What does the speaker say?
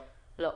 לא.